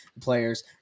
players